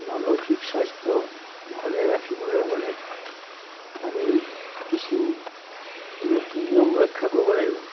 মানসিক স্বাস্থ্য ভালে ৰাখিবলে হ'লে আমি কিছু নীতি নিয়ম ৰক্ষা কৰিব লাগিব